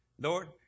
Lord